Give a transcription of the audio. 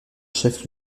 chef